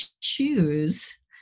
choose –